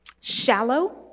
shallow